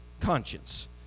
conscience